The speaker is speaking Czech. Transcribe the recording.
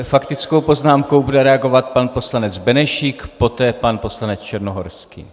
Faktickou poznámkou bude reagovat pan poslanec Benešík, poté pan poslanec Černohorský.